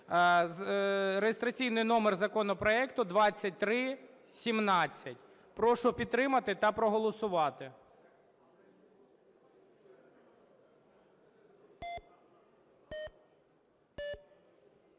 Реєстраційний номер законопроекту 2317. Прошу підтримати та проголосувати.